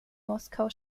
moskau